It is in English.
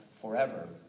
forever